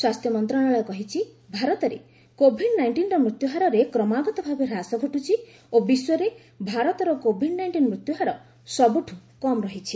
ସ୍ୱାସ୍ଥ୍ୟ ମନ୍ତ୍ରଶାଳୟ କହିଛି ଭାରତରେ କୋଭିଡ୍ ନାଇଷ୍ଟିନ୍ର ମୃତ୍ୟୁ ହାରରେ କ୍ରମାଗତ ଭାବେ ହ୍ରାସ ଘଟୁଛି ଓ ବିଶ୍ୱରେ ଭାରତର କୋଭିଡ୍ ନାଇଷ୍ଟିନ୍ ମୃତ୍ୟୁ ହାର ସବୁଠୁ କମ୍ ରହିଛି